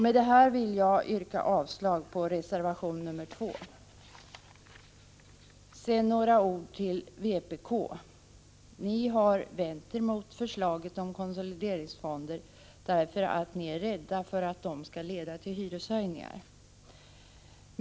Med detta vill jag yrka avslag på reservation nr 2. Sedan några ord till vpk. Ni har vänt er mot förslaget om konsolideringsfonder därför att ni är rädda för att de skall leda till hyreshöjningar.